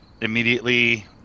immediately